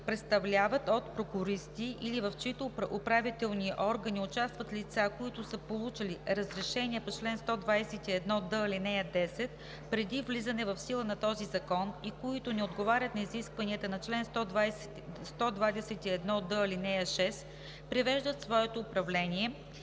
представляват от прокуристи или в чиито управителни органи участват лица, които са получили разрешение по чл. 121д, ал. 10 преди влизане в сила на този закон и които не отговарят на изискванията на чл. 121д, ал. 6, привеждат своето управление